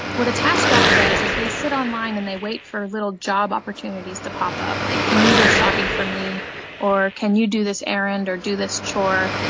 what a taskrabbit does is they sit online and they wait for little job opportunities to pop up, like can you go shopping for me or can you do this errand or do this chore?